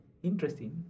interesting